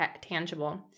tangible